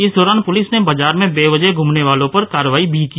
इस दौरान पुलिस ने बाजार में बेवजह घूमने वालों पर कार्रवाई भी की